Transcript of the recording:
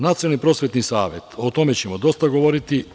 Nacionalni prosvetni savet, o tome ćemo dosta govoriti.